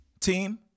team